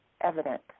evident